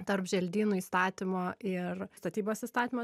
tarp želdynų įstatymo ir statybos įstatymo